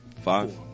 Five